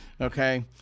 Okay